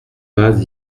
pas